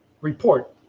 report